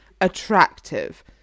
attractive